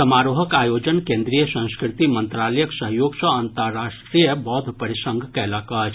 समारोहक आयोजन केंद्रीय संस्कृति मंत्रालयक सहयोग सँ अंतर्राष्ट्रीय बौद्ध परिसंघ कयलक अछि